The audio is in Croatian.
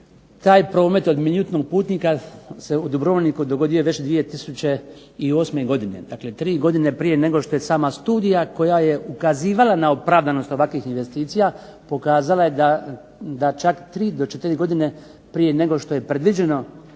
taj promet od milijuntog putnika se u Dubrovniku dogodio već 2008. godine, dakle 3 godine prije nego što je sama studija koja je ukazivala na opravdanost ovakvih investicija, pokazala je da čak 3 do 4 godine prije nego što je predviđen